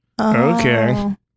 Okay